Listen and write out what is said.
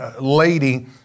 lady